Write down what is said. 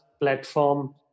platform